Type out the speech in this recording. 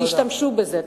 תשתמשו בזה.